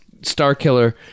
Starkiller